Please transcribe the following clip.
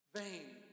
vain